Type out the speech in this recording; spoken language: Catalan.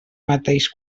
mateix